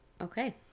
Okay